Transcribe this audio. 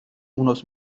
unos